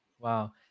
Wow